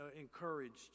encouraged